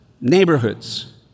neighborhoods